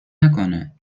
نکنه